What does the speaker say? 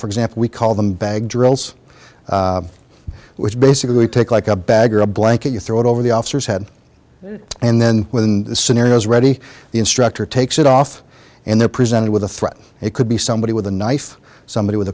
for example we call them bag drills which basically take like a bag or a blanket you throw it over the officers had it and then when the scenario is ready the instructor takes it off and they're presented with a threat it could be somebody with a knife somebody with